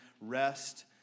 rest